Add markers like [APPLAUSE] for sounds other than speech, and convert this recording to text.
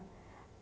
[BREATH]